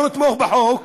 לא נתמוך בחוק,